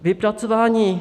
Vypracování